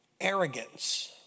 arrogance